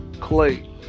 Clay